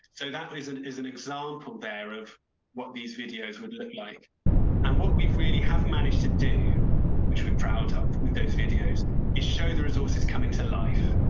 so that reason is an example there of what these videos would look like and what we really have managed to do which we proud of with those videos is show the resource is coming to life.